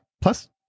Plus